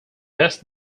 best